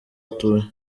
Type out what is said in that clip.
atuye